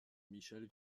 michel